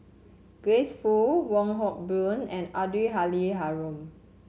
Grace Fu Wong Hock Boon and Abdul Halim Haron